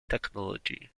technology